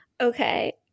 Okay